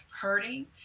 hurting